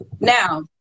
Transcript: Now